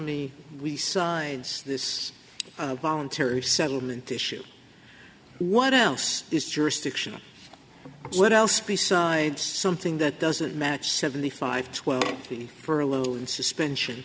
me we size this voluntary settlement issue what else is jurisdiction what else besides something that doesn't match seventy five twelve b for a little suspension